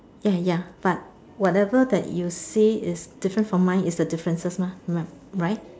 ya ya but whatever that you say is different from mine is the differences mah ri~right